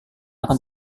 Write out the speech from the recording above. akan